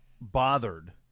bothered